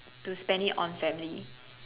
to spend it on family